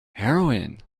heroine